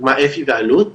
לדוגמה אפ"י ואלו"ט,